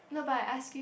no but I ask you